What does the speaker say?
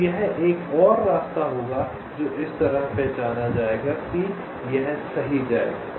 तो यह एक और रास्ता होगा जो इस तरह पहचाना जाएगा कि यह सही जाएगा